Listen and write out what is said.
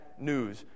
news